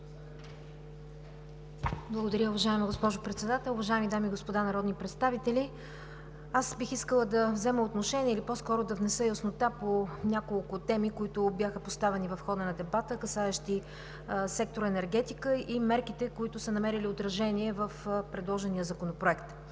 Благодаря, уважаема госпожо Председател. Уважаеми дами и господа народни представители! Бих искала да взема отношение или по-скоро да внеса яснота по няколко теми, които бяха поставени в хода на дебата, касаещи сектор „Енергетика“, и мерките, които са намерили отражение в предложения законопроект.